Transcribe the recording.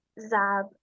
ZAB